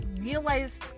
realized